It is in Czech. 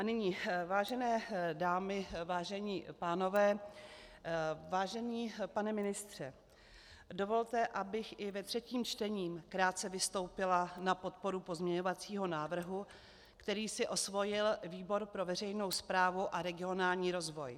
Nyní, vážené dámy, vážení pánové, vážený pane ministře, dovolte, abych i ve třetím čtení krátce vystoupila na podporu pozměňovacího návrhu, který si osvojil výbor pro veřejnou správu a regionální rozvoj.